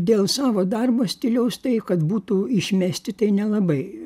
dėl savo darbo stiliaus tai kad būtų išmesti tai nelabai